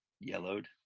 yellowed